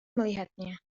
melihatnya